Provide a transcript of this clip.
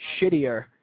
shittier